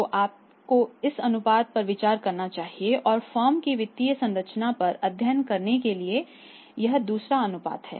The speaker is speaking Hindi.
तो आपको इस अनुपात पर विचार करना चाहिए और फर्म की वित्तीय संरचना का अध्ययन करने के लिए यह दूसरा अनुपात है